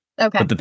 Okay